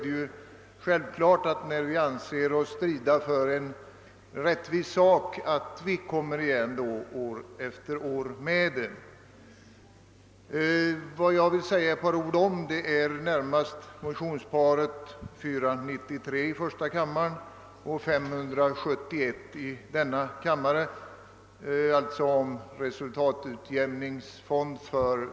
Det är självklart att vi motionärer, som anser oss strida för en rättvis sak, återkommer år efter år.